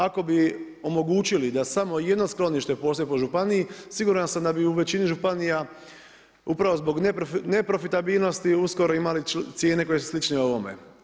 Ako bi omogućili da samo jedno sklonište postoji po županiji, siguran sam da bi u većini županija upravo zbog neprofitabilnosti uskoro imali cijene koje su slične ovome.